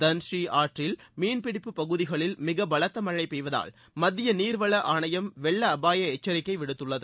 Tan Sri ஆற்றில் மீன்பிடிப்பு பகுதிகளில் மிக பலத்த மழை பெய்வதால் மத்திய நீர் வள ஆணையம் வெள்ள அபாய எச்சரிக்கையை விடுத்துள்ளது